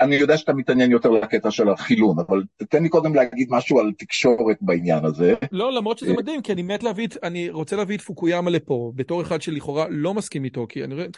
אני יודע שאתה מתעניין יותר לקטע של החילון אבל תן לי קודם להגיד משהו על תקשורת בעניין הזה לא למרות שזה מדהים כי אני מת להביא את אני רוצה להביא תפקויה מלא פה בתור אחד שלכאורה לא מסכים איתו כי אני רואה.